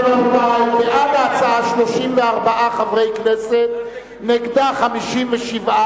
בעד ההצעה, 34 חברי כנסת, נגדה, 57,